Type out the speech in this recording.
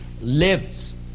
lives